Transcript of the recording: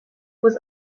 was